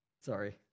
Sorry